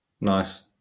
Nice